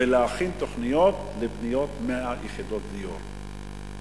ולהכין תוכניות לבניית 100 יחידות דיור.